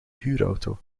huurauto